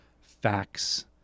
facts